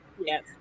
Yes